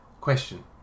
Question